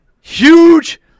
huge